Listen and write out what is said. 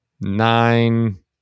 nine